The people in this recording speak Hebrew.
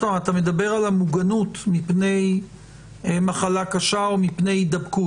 אתה מדבר על מוגנות מפני מחלה קשה או מפני הידבקות.